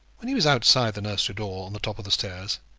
when he was outside the nursery door, on the top of the stairs,